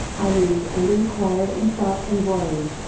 i read and inquired and thought and worried.